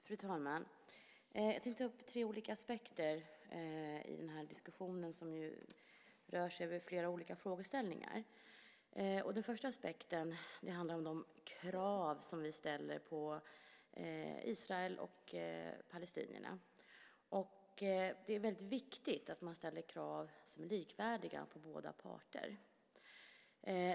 Fru talman! Jag tänker ta upp tre olika aspekter i diskussionen, som rör sig över flera olika frågeställningar. Den första aspekten handlar om de krav som vi ställer på Israel och palestinierna. Det är väldigt viktigt att man ställer krav som är likvärdiga på båda parter.